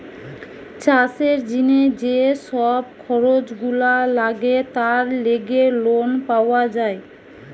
চাষের জিনে যে সব খরচ গুলা লাগে তার লেগে লোন পাওয়া যায়